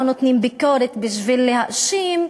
לא נותנים ביקורת בשביל להאשים,